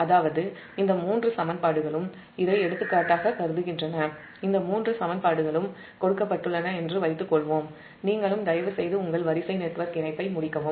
அதாவதுஇந்த மூன்று சமன்பாடுகளும் இதை எடுத்துக்காட்டாகக் கருதுகின்றன என்று வைத்துக்கொள்வோம் நீங்களும் தயவுசெய்து உங்கள் வரிசை நெட்வொர்க் இணைப்பை முடிக்கவும்